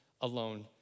alone